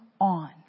on